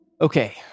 Okay